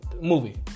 Movie